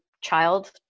child